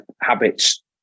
habits